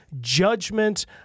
judgment